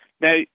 Now